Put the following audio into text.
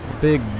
Big